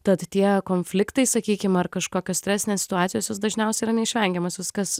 tad tie konfliktai sakykim ar kažkokios stresinės situacijos jos dažniausiai yra neišvengiamos viskas